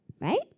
right